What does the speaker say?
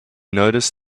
noticed